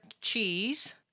Cheese